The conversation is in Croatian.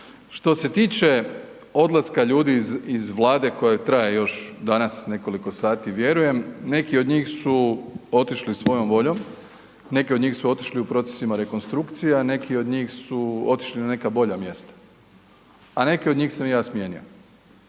Što se tiče odlaska ljudi iz vlade koja traje još danas nekoliko sati vjerujem, neki od njih su otišli svojom voljom, neki od njih su otišli u procesima rekonstrukcija, neki od njih su otišli na neka bolja mjesta, a neke od njih sam ja smijenio,